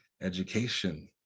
education